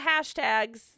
hashtags